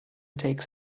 takes